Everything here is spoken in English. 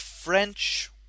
French